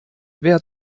wer